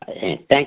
Thank